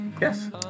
Yes